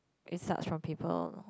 it starts from people